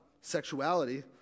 sexuality